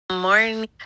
Morning